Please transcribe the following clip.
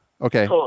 Okay